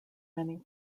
many